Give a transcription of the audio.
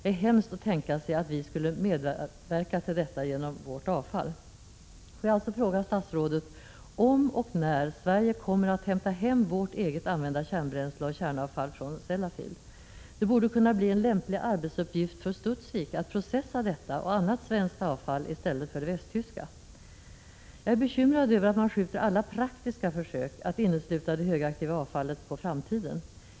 Det är hemskt att tänka sig att vi skulle medverka till detta med vårt avfall. Får jag alltså fråga statsrådet om och när Sverige kommer att hämta hem vårt eget använda kärnbränsle och kärnavfall från Sellafield? Det borde kunna bli en lämplig arbetsuppgift för Studsvik att processa detta och annat svenskt avfall i stället för det västtyska. Jag är bekymrad över att man skjuter alla praktiska försök att innesluta det högaktiva avfallet på framtiden.